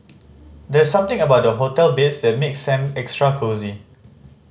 there's something about hotel beds that makes them extra cosy